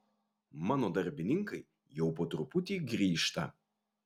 mano darbininkai jau po truputį grįžta